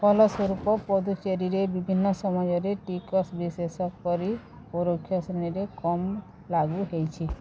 ଫଳସ୍ୱରୂପ ପୁଡୁଚେରୀରେ ବିଭିନ୍ନ ସମୟରେ ଟିକସ ବିଶେଷ କରି ପରୋକ୍ଷ ଶ୍ରେଣୀରେ କମ ଲାଗୁ ହୋଇଛି